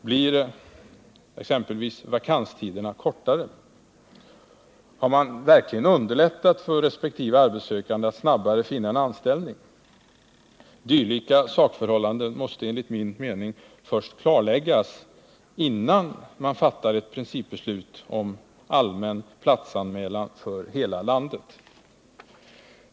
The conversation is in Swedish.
Blir exempelvis vakanstiderna kortare? Har man verkligen underlättat för resp. arbetssökande att snabbare finna en anställning? Dylika sakförhållanden måste enligt min mening först klarläggas innan man fattar ett principbeslut om allmän platsanmälan för hela landet.